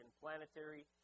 planetary